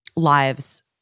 lives